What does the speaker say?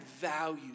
value